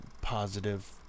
positive